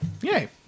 Yay